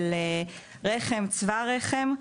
של רחם ושל צוואר הרחם,